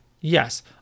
Yes